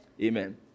Amen